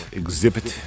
exhibit